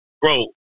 bro